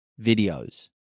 videos